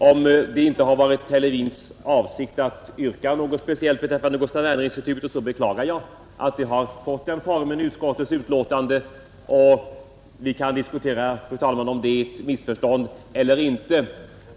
Om det inte har varit herr Levins avsikt att yrka något speciellt beträffande Gustaf Werners institut, beklagar jag att utskottsbetänkandet har fått den formen, Vi kan diskutera, fru talman, om det är ett missförstånd eller inte.